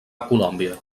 colòmbia